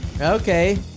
Okay